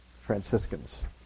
Franciscans